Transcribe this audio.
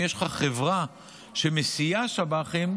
אם יש לך חברה שמסיעה שב"חים,